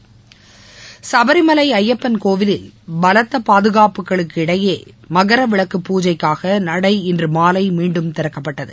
ப் சபரிமலைஅய்யப்பன் கோவிலில் பலத்தபாதுகாப்புகளிடையேமகரவிளக்கு பூஜைக்காகநடை இன்றுமாலைமீண்டும் திறக்கப்பட்டது